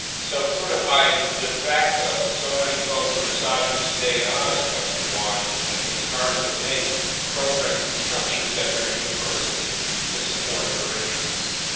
so sort of by de facto so many folks were deciding to stay in western washington that they started to make programs and structures at their university to support their interests.